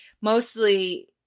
mostly